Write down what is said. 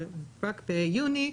רק ביוני,